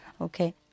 Okay